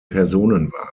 personenwagen